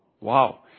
Wow